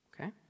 okay